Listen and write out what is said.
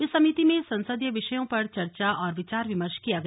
इस समिति में संसदीय विषयों पर चर्चा और विचार विमर्श किया गया